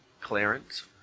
Clarence